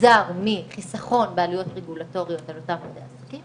נגזר מחיסכון בעלויות רגולטוריות על אותם בעלי עסקים